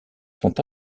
sont